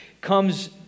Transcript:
comes